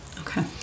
Okay